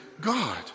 God